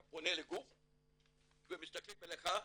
אתה פונה לגוף ומסתכלים עליך,